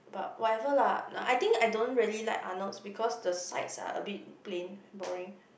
but whatever lah I think I don't really like Arnold's because the sides are a bit plain boring